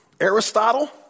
Aristotle